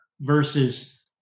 versus